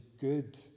good